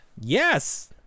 yes